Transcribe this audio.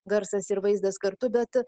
garsas ir vaizdas kartu bet